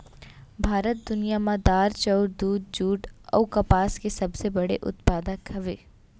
भारत दुनिया मा दार, चाउर, दूध, जुट अऊ कपास के सबसे बड़े उत्पादक हवे